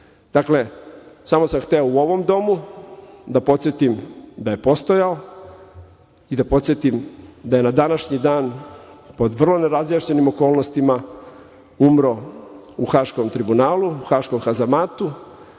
ciljem. Dakle, samo sam hteo u ovom Domu da podsetim da je postojao i da podsetim da je na današnji dan pod vrlo nerazjašnjenim okolnostima umro u Haškom tribunalu, u haškom kazamatu,